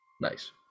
Nice